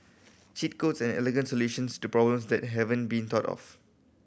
cheat codes are elegant solutions to problems that haven't been thought of